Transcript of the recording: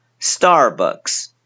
starbucks